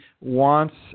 wants